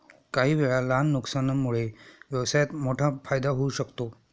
काहीवेळा लहान नुकसानामुळे व्यवसायात मोठा फायदा होऊ शकतो